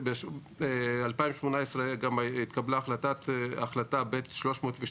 התקבלה החלטה ב-302,